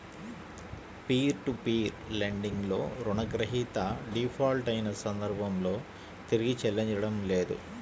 peer to peer lending లో రుణగ్రహీత default అయిన సందర్భంలో తిరిగి చెల్లించడం లేదు